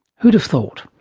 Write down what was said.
who'd have thought?